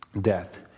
death